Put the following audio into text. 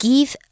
Give